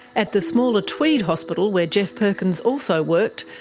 at the smaller tweed hospital, where geoff perkins also worked,